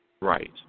Right